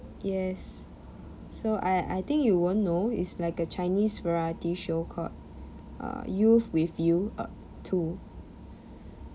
yes so I I think you won't know it's like a chinese variety show called uh youth with you uh two